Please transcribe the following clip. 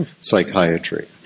psychiatry